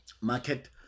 market